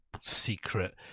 secret